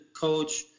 coach